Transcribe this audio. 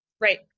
Right